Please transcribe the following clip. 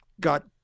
got